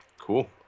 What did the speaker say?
Cool